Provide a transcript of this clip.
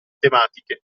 tematiche